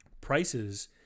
prices